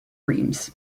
reims